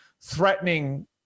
threatening